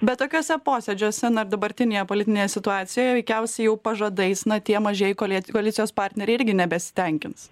bet tokiuose posėdžiuose na ir dabartinėje politinėje situacijoje veikiausiai jau pažadais na tie mažieji koli koalicijos partneriai irgi nebesitenkins